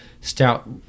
stout